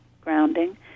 grounding